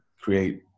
create